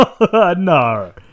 no